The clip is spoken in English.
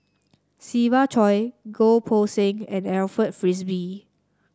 Siva Choy Goh Poh Seng and Alfred Frisby